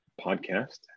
podcast